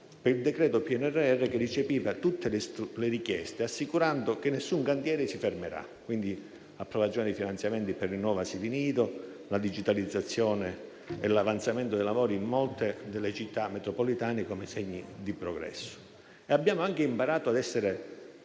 per il decreto PNRR che recepiva tutte le richieste, assicurando che nessun cantiere ci fermerà: quindi approvazione dei finanziamenti per il rinnovo degli asili nido, digitalizzazione e avanzamento dei lavori in molte delle città metropolitane come segni di progresso. Abbiamo anche imparato a essere